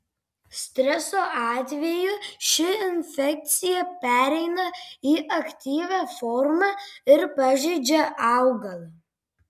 streso atveju ši infekcija pereina į aktyvią formą ir pažeidžia augalą